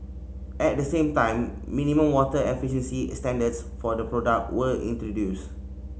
at the same time minimum water efficiency standards for the product were introduced